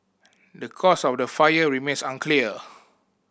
the cause of the fire remains unclear